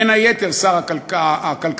בין היתר שר הכלכלה,